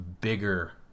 bigger